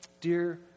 Dear